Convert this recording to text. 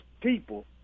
people